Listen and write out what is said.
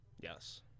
Yes